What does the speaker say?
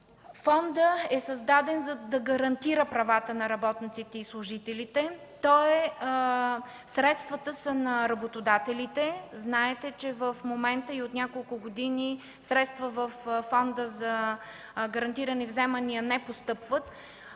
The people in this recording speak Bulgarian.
Фондът е създаден, за да гарантира правата на работниците и служителите. Средствата са на работодателите. Знаете, че в момента и от няколко години средства във Фонда за гарантирани вземания не постъпват,